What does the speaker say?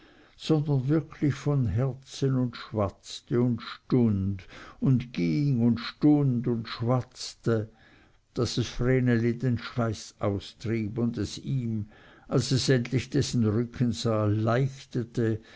sondern wirklich von herzen und schwatzte und stund und ging und stund und schwatzte daß es vreneli den schweiß austrieb und es ihm als es endlich dessen rücken sah leichtete